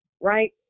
right